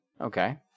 Okay